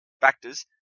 factors